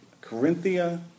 Corinthia